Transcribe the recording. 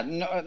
no